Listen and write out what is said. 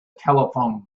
telephone